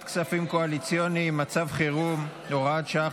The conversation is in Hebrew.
כספים קואליציוניים במצב חירום (הוראת שעה,